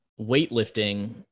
weightlifting –